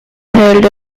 held